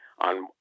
on